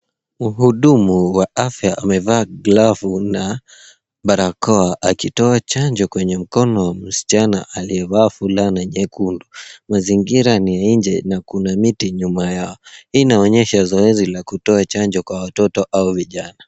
Mhudumu wa afya amevaa glavu na barakoa akitoa chanjo kwa mkono wa msichana aliyevalia fulana nyekundu. Mazingira ni ya nje na kuna miti nyuma yao. Hii inaonyesha zoezi la kutoa chanjo kwa watoto au vijana.